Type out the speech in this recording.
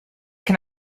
can